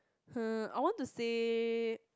uh I want to say